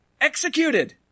executed